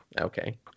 Okay